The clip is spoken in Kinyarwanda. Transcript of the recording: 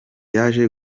yaje